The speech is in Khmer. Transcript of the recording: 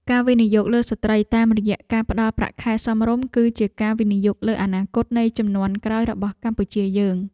ការវិនិយោគលើស្ត្រីតាមរយៈការផ្តល់ប្រាក់ខែសមរម្យ គឺជាការវិនិយោគលើអនាគតនៃជំនាន់ក្រោយរបស់កម្ពុជាយើង។